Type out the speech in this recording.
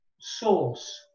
Source